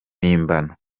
mpimbano